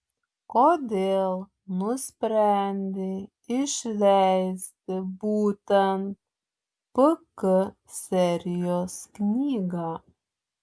kodėl nusprendei išleisti būtent pk serijos knygą